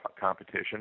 competition